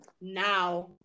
now